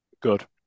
Good